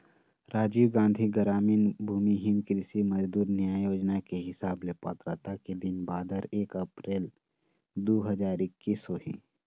राजीव गांधी गरामीन भूमिहीन कृषि मजदूर न्याय योजना के हिसाब ले पात्रता के दिन बादर एक अपरेल दू हजार एक्कीस होही